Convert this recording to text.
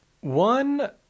One